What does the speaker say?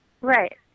Right